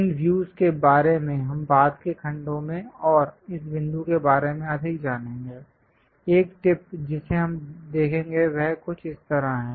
इन views के बारे में हम बाद के खंडों में और इस बिंदु के बारे में अधिक जानेंगे एक टिप जिसे हम देखेंगे वह कुछ इस तरह है